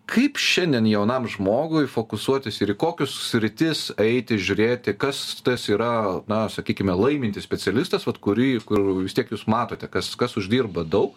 kaip šiandien jaunam žmogui fokusuotis ir į kokius sritis eiti žiūrėti kas tas yra na sakykime laimintis specialistas vat kurį kur vis tiek jūs matote kas kas uždirba dau